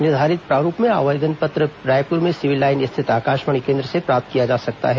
निर्धारित प्रारूप में आवेदन पत्र रायपुर में सिविल लाईन्स स्थित आकाशवाणी केन्द्र से प्राप्प्त किया जा सकता है